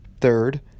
third